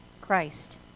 Christ